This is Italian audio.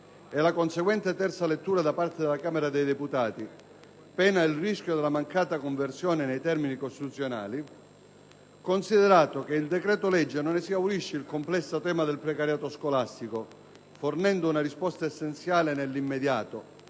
e la conseguente terza lettura da parte della Camera dei deputati, pena il rischio della mancata conversione nei termini costituzionali; considerato che il decreto-legge non esaurisce il complesso tema del precariato scolastico, fornendo una risposta essenziale nell'immediato